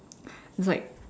it's like